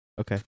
Okay